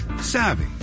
savvy